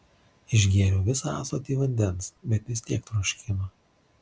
išgėriau visą ąsotį vandens bet vis tiek troškino